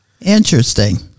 interesting